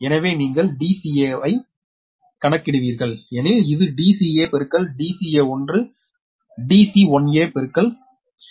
எனவே நீங்கள் dca ஐ கணக்கிடுவீர்கள் எனில் இது dca பெருக்கல் dca1dc1aபெருக்கல் dc1a